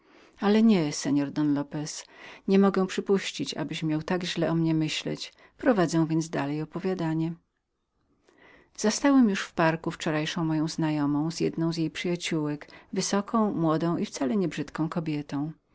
ale nie seor don lopez nie mogę przypuścić abyś miał tak źle o mnie trzymać prowadzę więc dalej moje opowiadanie zastałem już w wielkim ogrodzie wczorajszą moją znajomą z jedną z jej przyjaciołek wysoką młodą i wcale nie brzydką kobietą